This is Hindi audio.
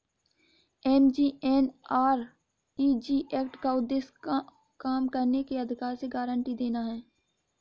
एम.जी.एन.आर.इ.जी एक्ट का उद्देश्य काम करने के अधिकार की गारंटी देना है